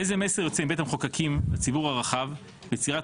איזה מסר יוצא מבית המחוקקים לציבור הרחב ביציאת